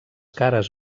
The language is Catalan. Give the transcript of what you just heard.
cares